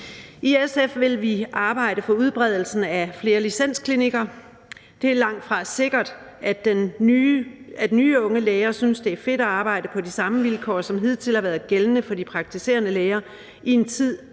I SF vil vi arbejde for udbredelsen af flere licensklinikker. Det er langtfra sikkert, at nye unge læger synes, det er fedt at arbejde på de samme vilkår, som hidtil har været gældende for de praktiserende læger, i en tid,